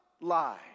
lie